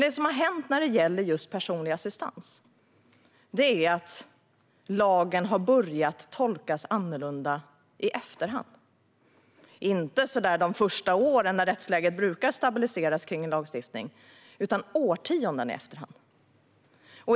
Det som har hänt när det gäller just personlig assistans är att lagen har börjat tolkas annorlunda i efterhand - inte under de första åren, då rättsläget för en lagstiftning brukar stabiliseras, utan årtionden i efterhand.